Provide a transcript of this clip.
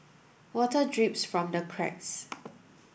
water drips from the cracks